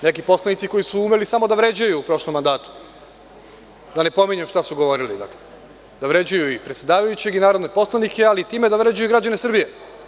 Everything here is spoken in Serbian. Neki poslanici su umeli samo da vređaju u prošlom mandatu, da ne pominjem šta su govorili, da vređaju i predsedavajućeg i narodne poslanike, ali time da vređaju i građane Srbije.